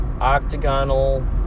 octagonal